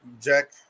Jack